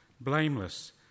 blameless